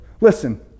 Listen